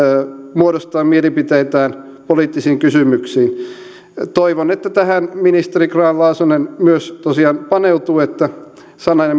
muodostaa mielipiteitään poliittisiin kysymyksiin toivon että tähän ministeri grahn laasonen myös tosiaan paneutuu että sanan ja